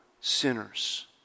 sinners